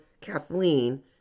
Kathleen